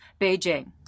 Beijing